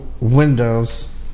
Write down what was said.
Windows